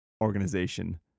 Organization